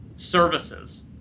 services